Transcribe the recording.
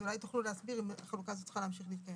אולי תוכלו להסביר אם החלוקה הזאת צריכה להמשיך להתקדם.